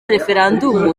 referandumu